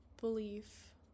belief